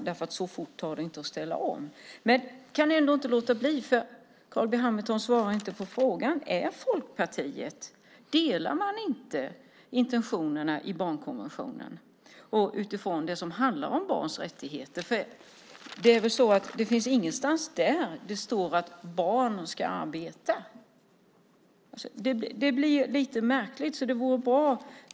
Så fort går det nämligen inte att ställa om. Jag kan inte låta bli att undra, för Carl B Hamilton svarar inte på frågan: Delar inte Folkpartiet intentionerna i barnkonventionen utifrån det som handlar om barns rättigheter? Där står väl ingenstans att barn ska arbeta? Det hela blir lite märkligt.